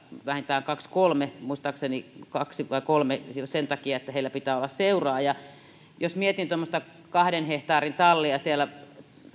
vähintään kaksi kolme muistaakseni kaksi tai kolme sen takia että heillä pitää olla seuraa jos mietin tuommoista kahden hehtaarin tallia siellä